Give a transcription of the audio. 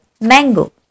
mango